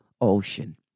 ocean